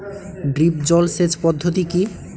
Drip জল সেচ পদ্ধতি কি?